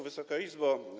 Wysoka Izbo!